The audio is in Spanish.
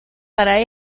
para